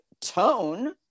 tone